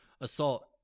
assault